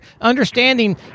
understanding